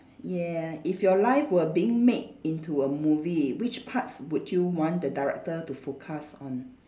ya if your life were being made into a movie which parts would you want the director to focus on